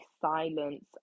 silence